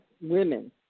women